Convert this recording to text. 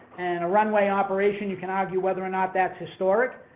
and a runway operation, you can argue whether or not that's historic.